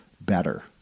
better